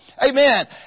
Amen